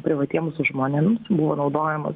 privatiems žmonėms buvo naudojamas